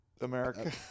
America